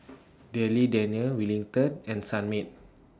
Darlie Daniel Wellington and Sunmaid